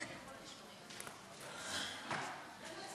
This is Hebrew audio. שלוש